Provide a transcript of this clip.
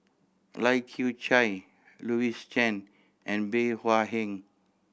Lai Kew Chai Louis Chen and Bey Hua Heng